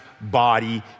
body